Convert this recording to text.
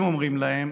הם אומרים להם: